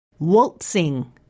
Waltzing